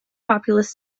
populous